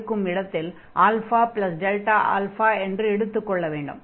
இருக்கும் இடத்தில் α என்று எடுத்துக் கொள்ள வேண்டும்